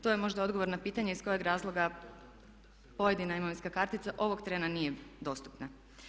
To je možda odgovor na pitanje iz kojeg razloga pojedina imovinska kartica ovog trena nije dostupna.